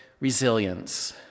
resilience